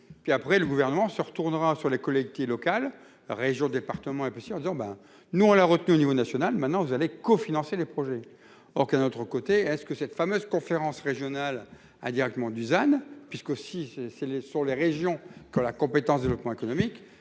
Puis après, le gouvernement se retournera sur les collectives locales, régions, départements impression ben nous on l'a retenue au niveau national, maintenant vous avez co-, financer les projets aucun autre côté est-ce que cette fameuse conférence régionale a directement Dusan puisqu'aussi c'est les sur les régions que la compétence développement économique